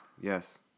Yes